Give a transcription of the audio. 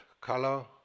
color